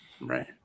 right